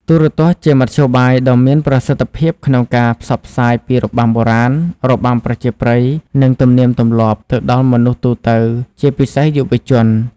ទូរទស្សន៍ជាមធ្យោបាយដ៏មានប្រសិទ្ធភាពក្នុងការផ្សព្វផ្សាយពីរបាំបុរាណ របាំប្រជាប្រិយ និងទំនៀមទម្លាប់ទៅដល់មនុស្សទូទៅ ជាពិសេសយុវជន។